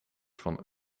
van